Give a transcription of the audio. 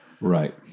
Right